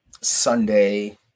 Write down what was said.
Sunday